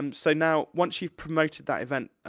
um so now, once you've promoted that event,